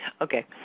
Okay